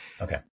Okay